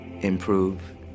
improve